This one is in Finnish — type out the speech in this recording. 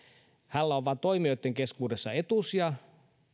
hänellä on vain toimijoitten keskuudessa etusija